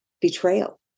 betrayal